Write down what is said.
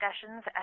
discussions